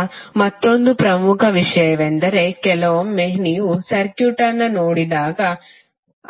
ಈಗ ಮತ್ತೊಂದು ಪ್ರಮುಖ ವಿಷಯವೆಂದರೆ ಕೆಲವೊಮ್ಮೆ ನೀವು ಸರ್ಕ್ಯೂಟ್ ಅನ್ನು ನೋಡಿದಾಗ